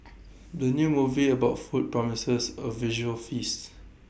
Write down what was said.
the new movie about food promises A visual feast